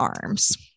arms